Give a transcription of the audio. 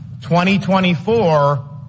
2024